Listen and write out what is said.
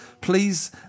Please